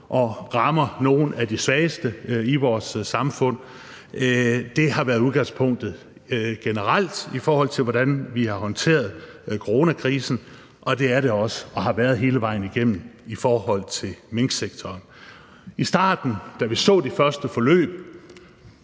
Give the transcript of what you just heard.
og rammer nogle af de svageste i vores samfund. Det har generelt været udgangspunktet i forhold til, hvordan vi har håndteret coronakrisen. Det er det stadig, og det har det været hele vejen igennem, når det gælder minksektoren. Da vi så de første forløb